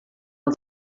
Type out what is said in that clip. els